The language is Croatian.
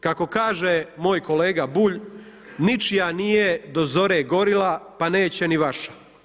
Kako kaže moj kolega Bulj, ničija nije do zore gorila pa neće ni vaša.